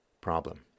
problem